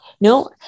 No